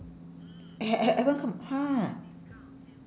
eh eh I want to !huh!